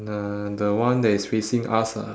uh the one that is facing us lah